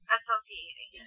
Associating